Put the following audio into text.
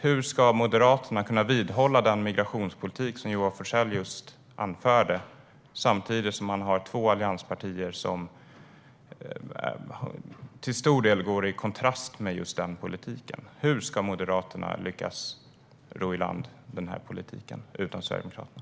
Hur ska Moderaterna kunna vidhålla den migrationspolitik Johan Forssell just anförde samtidigt som två av allianspartiernas politik till stor del står i kontrast med den? Hur ska Moderaterna lyckas ro i land denna politik utan Sverigedemokraterna?